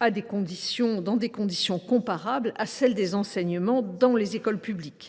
dans des conditions comparables à celles qui existent pour l’enseignement public.